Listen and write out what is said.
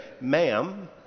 ma'am